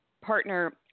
partner